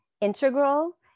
integral